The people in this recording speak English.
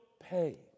pay